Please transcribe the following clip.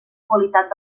qualitat